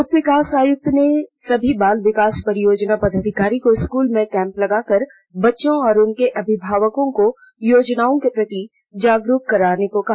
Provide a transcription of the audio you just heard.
उप विकास आयुक्त ने सभी बाल विकास परियोजना पदाधिकारी को स्कूलों में कैंप लगाकर बच्चों और उनके अभिभावर्को को योजनाओं के प्रति जागरूक करने को कहा